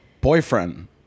boyfriend